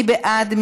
מי בעד?